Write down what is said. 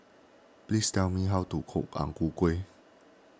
please tell me how to cook Ang Ku Kueh